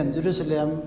Jerusalem